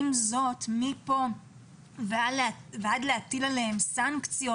עם זאת, מכאן ועד להטיל עליהם סנקציות